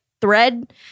thread